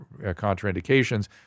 contraindications